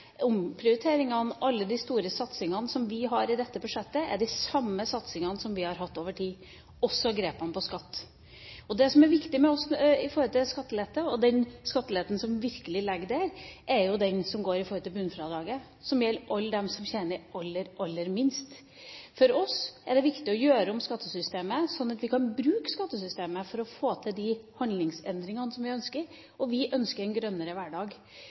endringer. Alle de store omprioriteringene, alle de store satsingene som vi har i dette budsjettet, er de samme som vi har hatt over tid – også grepene på skatt. Det som er viktig for oss når det gjelder skattelette, og den skatteletten som virkelig ligger der, er den som går på bunnfradraget, som gjelder alle dem som tjener aller minst. For oss er det viktig å gjøre om skattesystemet, sånn at vi kan bruke skattesystemet for å få til de handlingsendringene som vi ønsker. Vi ønsker en grønnere